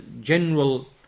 general